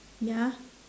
ya